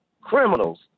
criminals